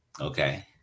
Okay